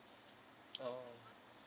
oh